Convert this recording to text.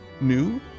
new